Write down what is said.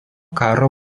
karo